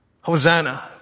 Hosanna